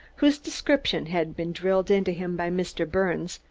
whose description had been drilled into him by mr. birnes,